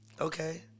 Okay